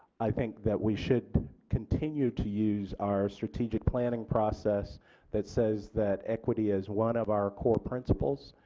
i think that we should continue to use our strategic planning process that says that equity is one of our core principles,